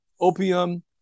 Opium